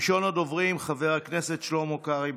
ראשון הדוברים, חבר הכנסת שלמה קרעי,